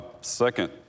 second